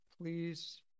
please